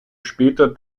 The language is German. später